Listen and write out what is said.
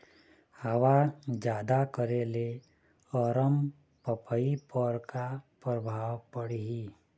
हवा जादा करे ले अरमपपई पर का परभाव पड़िही?